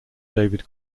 david